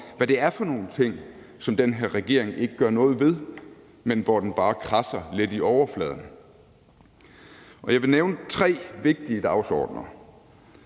hvad det er for nogle ting, som den her regering ikke gør noget ved, men hvor den bare kradser lidt i overfladen. Jeg vil nævne tre vigtige dagsordener.